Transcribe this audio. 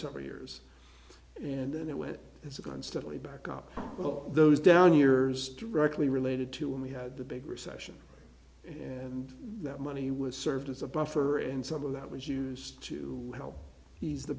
several years and then it went as a constantly back up all those down years directly related to when we had the big recession and that money was served as a buffer and some of that was used to help ease the